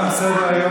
תם סדר-היום,